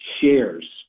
shares